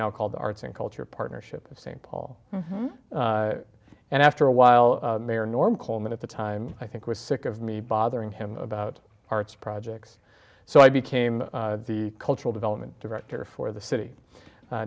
now called the arts and culture partnership of st paul and after a while mayor norm coleman at the time i think was sick of me bothering him about arts projects so i became the cultural development director for the city